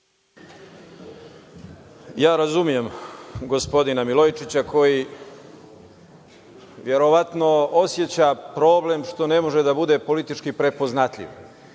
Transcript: Ja razumem gospodina Milojičića, koji verovatno oseća problem što ne može da bude politički prepoznatljiv